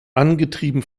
angetrieben